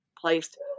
placed